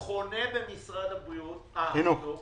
חונה במשרד החינוך,